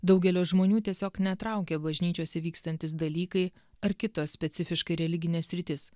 daugelio žmonių tiesiog netraukia bažnyčiose vykstantys dalykai ar kitos specifiškai religinės sritys